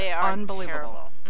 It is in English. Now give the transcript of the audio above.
unbelievable